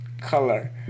color